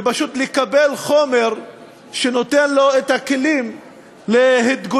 ופשוט לקבל חומר שנותן לו את הכלים להתגוננות,